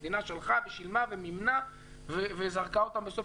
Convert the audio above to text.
המדינה שלחה ושילמה ומימנה וזרקה אותם לסוף